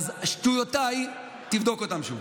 אז שטויותיי, תבדוק אותן שוב.